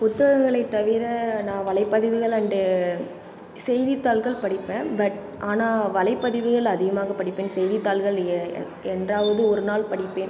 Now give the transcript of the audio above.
புத்தகங்களை தவிர நான் வலைப்பதிவுகள் அண்டு செய்தித்தாள்கள் படிப்பேன் பட் ஆனால் வலைப்பதிவுகள் அதிகமாக படிப்பேன் செய்தித்தாள்கள் என் எ என்றாவது ஒரு நாள் படிப்பேன்